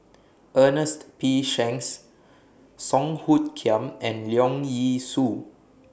Ernest P Shanks Song Hoot Kiam and Leong Yee Soo